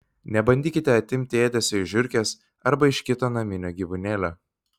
nebandykite atimti ėdesio iš žiurkės arba iš kito naminio gyvūnėlio